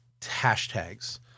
hashtags